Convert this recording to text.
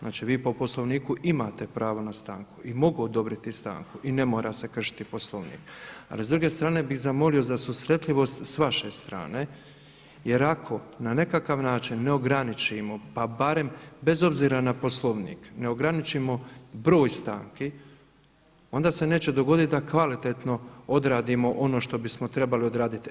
Znači vi po Poslovniku imate pravo na stanku i mogu odobriti stanku i ne mora se kršiti Poslovnik, ali s druge strane bih zamolio za susretljivost s vaše strane jer ako na nekakav način ne ograničimo pa barem bez obzira na Poslovnik, ne ograničimo broj stanki, onda se neće dogoditi da kvalitetno odradimo ono što bismo trebali odraditi.